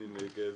מי נגד?